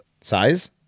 size